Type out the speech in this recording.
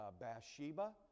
Bathsheba